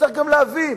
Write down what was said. צריך להבין